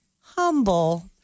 humble